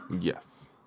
yes